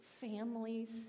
families